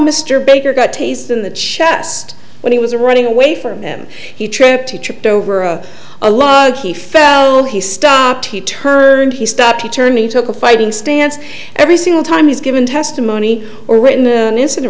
mr baker got taste in the chest when he was running away from him he tripped he tripped over a a log he found he stopped he turned he stopped he turned me took a fighting stance every single time he's given testimony or written an incident